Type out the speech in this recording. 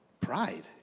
pride